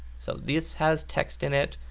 so this has text in it.